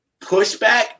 pushback